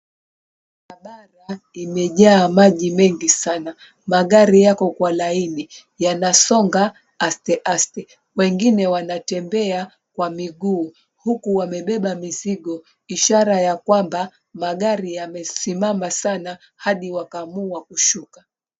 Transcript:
Barabara imejaa maji mengi sana, magari yako kwa laini yanasonga asteaste, wengine wanatembea kwa miguu huku wamebeba mizigo, ishara ya kwamba magari yamesimama sana hadi wakaamua kushuka.